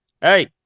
Hey